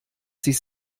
sich